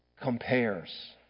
compares